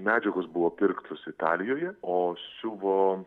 medžiagos buvo pirktos italijoje o siuvo